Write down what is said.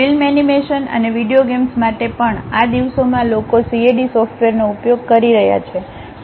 film animation અને video games માટે પણ આ દિવસોમાં લોકો CAD સોફ્ટવેરનો ઉપયોગ કરી રહ્યાં છે